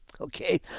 Okay